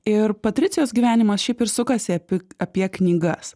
ir patricijos gyvenimas šiaip ir sukasi api apie knygas